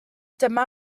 dyma